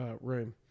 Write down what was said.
room